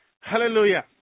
Hallelujah